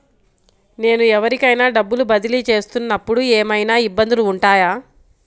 నేను ఎవరికైనా డబ్బులు బదిలీ చేస్తునపుడు ఏమయినా ఇబ్బందులు వుంటాయా?